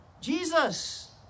Jesus